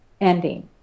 ending